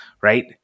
Right